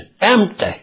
empty